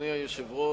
אדוני היושב-ראש,